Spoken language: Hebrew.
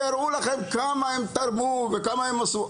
שיראו לכם כמה הם תרמו וכמה הם עשו.